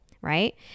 right